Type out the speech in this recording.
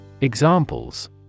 Examples